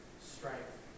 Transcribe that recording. strength